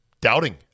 doubting